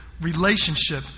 relationship